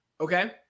Okay